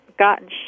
gotten